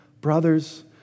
brothers